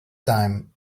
time